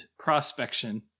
prospection